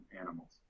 animals